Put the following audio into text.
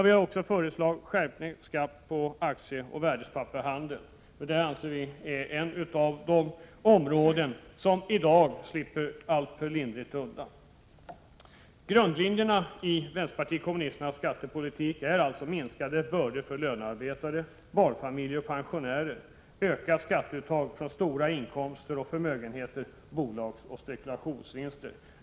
Vi har också föreslagit en skärpning av skatten på aktieoch värdepappershandeln. Det anser vi är ett av de områden som i dag slipper alltför lindrigt undan. Grundlinjerna i vänsterpartiet kommunisternas skattepolitik är alltså minskade bördor för lönearbetare, barnfamiljer och pensionärer — ökat skatteuttag från stora inkomster och förmögenheter, bolagsoch spekulationsvinster.